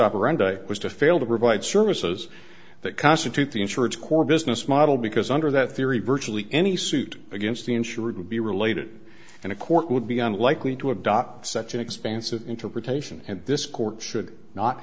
operandi was to fail to provide services that constitute the insurance core business model because under that theory virtually any suit against the insurer would be related and a court would be unlikely to adopt such an expansive interpretation and this court should not